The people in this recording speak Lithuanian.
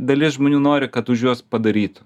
dalis žmonių nori kad už juos padarytų